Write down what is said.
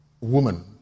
woman